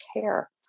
care